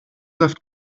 saft